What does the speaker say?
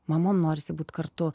mamom norisi būt kartu